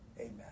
Amen